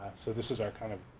so this is our kind of,